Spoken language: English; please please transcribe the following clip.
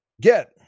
get